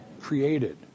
created